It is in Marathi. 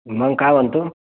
मग काय म्हणतो